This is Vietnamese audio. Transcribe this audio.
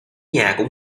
cũng